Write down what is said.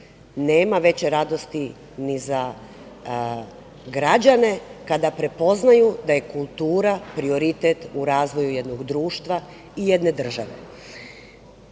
nema veće radosti ni za građane kada prepoznaju da je kultura prioritet u razvoju jednog društva i jedne